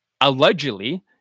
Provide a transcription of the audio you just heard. allegedly